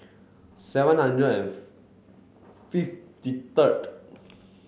seven hundred and fifty third